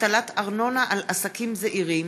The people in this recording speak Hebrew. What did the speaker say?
(הטלת ארנונה על עסקים זעירים),